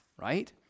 right